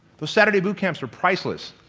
the saturday boot camps are priceless.